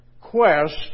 quest